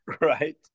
right